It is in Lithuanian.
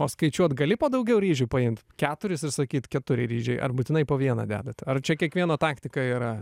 o skaičiuot gali po daugiau ryžių paimt keturis ir sakyti keturi ryžiai ar būtinai po vieną dedate ar čia kiekvieno taktika yra